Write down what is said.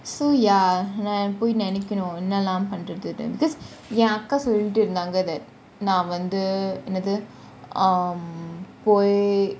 so ya நான் பொய் நினைக்கணும் எண்ணலாம் பண்றதுனு :naan poi nenaikanum ennalam panrathunu because ya because ஏன் அக்கா வந்து சொல்லிட்டு இருந்தான் நான் வந்து என்னது பொய் :yean akka vanthu solitu irunthan naan vanthu ennathu poi